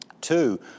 Two